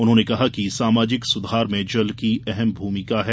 उन्होंने कहा कि सामाजिक सुधार में जल की अहम भूमिका है